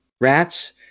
rats